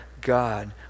God